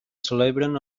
celebren